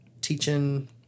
teaching